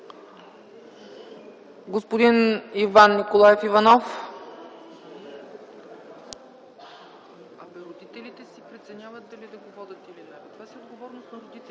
господин Иван Николаев Иванов.